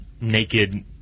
naked